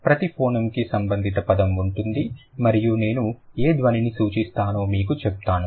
ప్రతి ఫోనెమ్ కి సంబంధిత పదం ఉంటుంది మరియు నేను ఏ ధ్వనిని సూచిస్తానో మీకు చెప్తాను